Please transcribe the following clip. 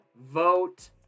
vote